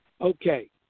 okay